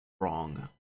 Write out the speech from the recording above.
wrong